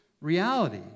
reality